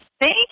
Thank